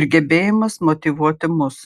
ir gebėjimas motyvuoti mus